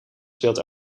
speelt